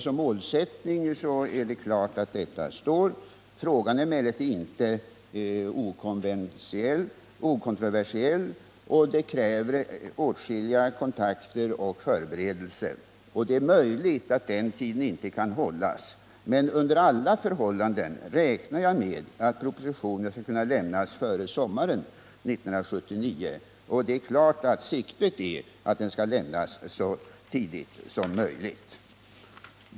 Som målsättning är det klart att detta uttalande står fast. Frågan är emellertid inte okontroversiell, och den kräver åtskilliga kontakter och förberedelser. Det är möjligt att den nämnda tiden inte kan hållas. Men under alla förhållanden räknar jag med att propositionen skall kunna lämnas före sommaren 1979, och det är klart att siktet är inställt på att den skall lämnas så tidigt som möjligt.